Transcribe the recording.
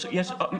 כלומר,